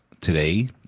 Today